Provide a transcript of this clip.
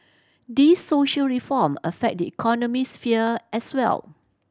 these social reform affect the economic sphere as well